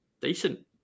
decent